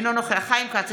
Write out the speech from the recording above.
אינו נוכח חיים כץ,